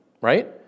right